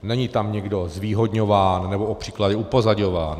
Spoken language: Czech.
Není tam nikdo zvýhodňován, nebo o příklady upozaďován.